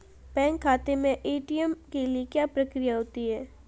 Bank खाते में ATM के लिए क्या प्रक्रिया होती है?